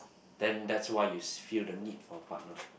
then that's why you feel the need for partner